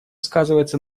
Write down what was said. сказывается